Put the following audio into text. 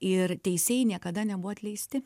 ir teisėjai niekada nebuvo atleisti